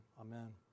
Amen